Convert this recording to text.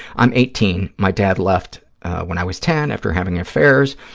i'm eighteen. my dad left when i was ten after having affairs,